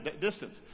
distance